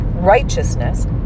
righteousness